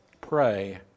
pray